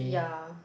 ya